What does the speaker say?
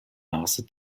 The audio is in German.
maße